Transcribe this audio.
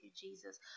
Jesus